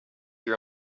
your